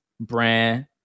brand